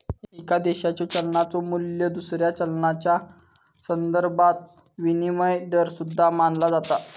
एका देशाच्यो चलनाचो मू्ल्य दुसऱ्या चलनाच्यो संदर्भात विनिमय दर सुद्धा मानला जाता